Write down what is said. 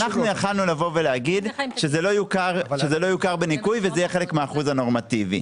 אנחנו יכולנו להגיד שזה לא יוכר בניכוי וזה יהיה חלק מהאחוז הנורמטיבי.